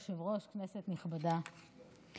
כבוד היושב-ראש, כנסת נכבדה,